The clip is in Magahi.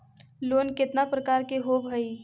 लोन केतना प्रकार के होव हइ?